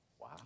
Wow